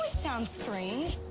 sounds strange.